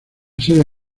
sede